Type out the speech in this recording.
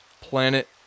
planet